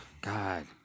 God